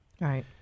Right